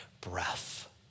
breath